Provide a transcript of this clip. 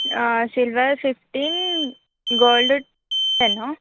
silver fifteen gold ten